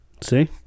see